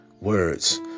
words